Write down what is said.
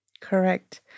Correct